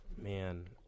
Man